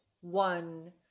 one